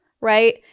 right